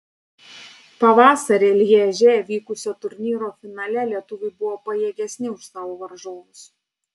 pavasarį lježe vykusio turnyro finale lietuviai buvo pajėgesni už savo varžovus